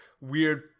weird